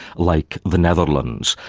like the netherlands.